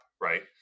right